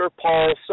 Paul